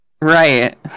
right